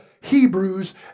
Hebrews